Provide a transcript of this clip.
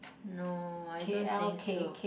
no I don't think so